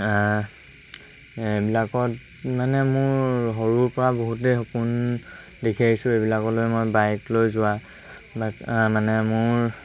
এইবিলাকত মানে মোৰ সৰুৰ পৰা বহুতেই সপোন দেখি আহিছোঁ এইবিলাকলৈ মই বাইক লৈ যোৱা মানে মোৰ